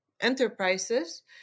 enterprises